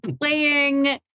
playing